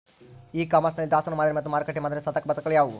E commerce ನಲ್ಲಿ ದಾಸ್ತನು ಮಾದರಿ ಮತ್ತು ಮಾರುಕಟ್ಟೆ ಮಾದರಿಯ ಸಾಧಕಬಾಧಕಗಳು ಯಾವುವು?